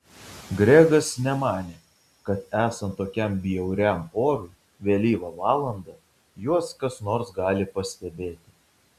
gregas nemanė kad esant tokiam bjauriam orui vėlyvą valandą juos kas nors gali pastebėti